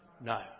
No